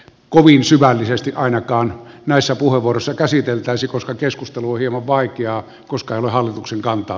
kovin syvällisesti ainakaan naisen puhevuorossa käsiteltäisi koska keskustelu hieman vaikeaa koska hallituksen kantaa